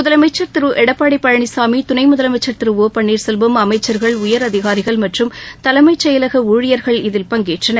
முதலமைச்சா் திரு எடப்பாடி பழனிசாமி துணை முதலமைச்சா் திரு ஓ பள்ளீர்செல்வம் அமைச்சா்கள் உயரதிகாரிகள் மற்றும் தலைமைச் செயலக ஊழியர்கள் இதில் பங்கேற்றனர்